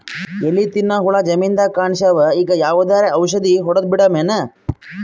ಎಲಿ ತಿನ್ನ ಹುಳ ಜಮೀನದಾಗ ಕಾಣಸ್ಯಾವ, ಈಗ ಯಾವದರೆ ಔಷಧಿ ಹೋಡದಬಿಡಮೇನ?